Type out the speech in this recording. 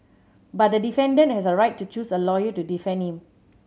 but the defendant has a right to choose a lawyer to defend him